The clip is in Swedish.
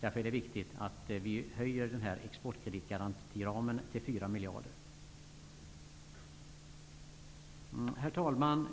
Därför är det viktigt att vi höjer exportkreditgarantiramen till 4 miljarder. Herr talman!